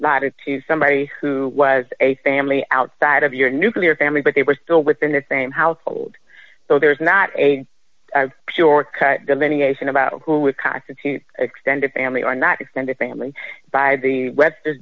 nodded to somebody who was a family outside of your nuclear family but they were still within the same household so there's not a short cut delineation about who would constitute extended family or not extended family by the webster's